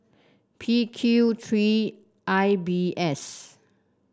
P Qthree I B S